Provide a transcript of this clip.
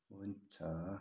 हुन्छ